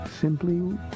simply